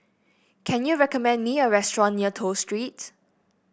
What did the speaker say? can you recommend me a restaurant near Toh Street